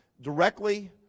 directly